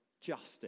justice